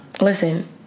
listen